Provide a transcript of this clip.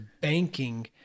banking